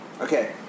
Okay